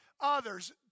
others